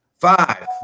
five